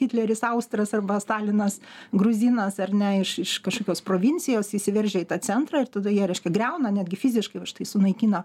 hitleris austras arba stalinas gruzinas ar ne iš iš kažkokios provincijos įsiveržia į tą centrą ir tada jie reiškia griauna netgi fiziškai va štai sunaikino